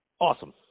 Awesome